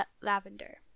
lavender